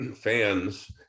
fans